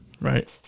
Right